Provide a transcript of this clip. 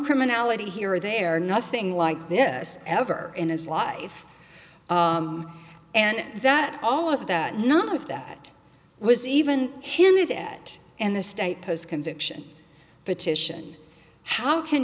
criminality here or there nothing like this ever in his life and that all of that none of that was even hinted at in the state post conviction petition how can